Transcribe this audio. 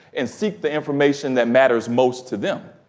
and seek the information that matters most to them.